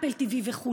אפל TV וכדומה.